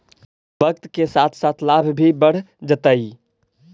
वक्त के साथ साथ लाभ भी बढ़ जतइ